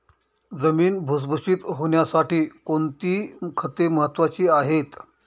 जमीन भुसभुशीत होण्यासाठी कोणती खते महत्वाची आहेत?